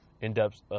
in-depth